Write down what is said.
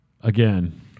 again